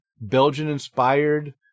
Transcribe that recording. Belgian-inspired